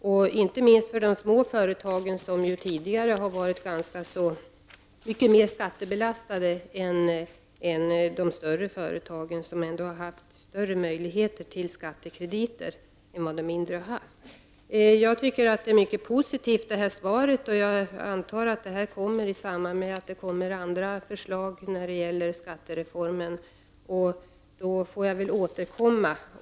Inte minst gäller detta de små företagen som ju tidigare har varit mycket mer skattebelastade än de större. Dessa har ändå haft bättre möjligheter än de mindre att få skattekrediter. Jag tycker att svaret var mycket positivt. Jag antar att förslag läggs fram i samband med andra förslag beträffande skattereformen.